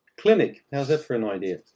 clinic, how's that for an idea?